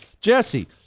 Jesse